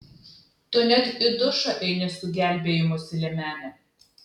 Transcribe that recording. tu net į dušą eini su gelbėjimosi liemene